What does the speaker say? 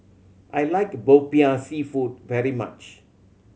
I like Popiah Seafood very much